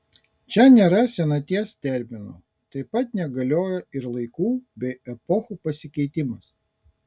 čia nėra senaties termino taip pat negalioja ir laikų bei epochų pasikeitimas